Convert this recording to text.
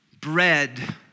bread